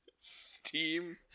steam